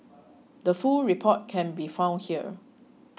the full report can be found here